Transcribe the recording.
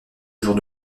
jour